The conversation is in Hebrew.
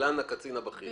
להלן הקצין הבכיר.